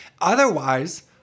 Otherwise